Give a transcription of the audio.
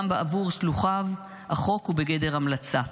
גם בעבור שלוחיו, החוק הוא בגדר המלצה.